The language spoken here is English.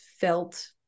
felt